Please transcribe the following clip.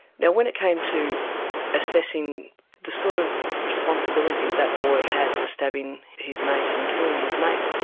now when it came to assessing the sort of responsibility that boy had for stabbing his mate and killing his mate,